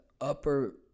upper